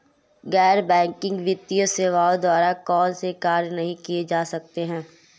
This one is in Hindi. गैर बैंकिंग वित्तीय सेवाओं द्वारा कौनसे कार्य नहीं किए जा सकते हैं?